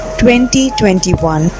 2021